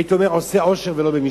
הייתי אומר: "עושה עושר ולא במשפט".